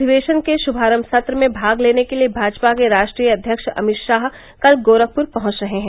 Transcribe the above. अधिवेशन के शुभारम्भ सत्र में भाग लेने के लिये भाजपा के राष्ट्रीय अध्यक्ष अमित शाह कल गोरखपुर पहुंच रहे हैं